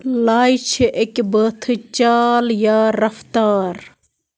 لایہِ چھِ اَکہِ بٲتھٕچ چال یا رفتار